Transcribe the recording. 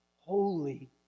holy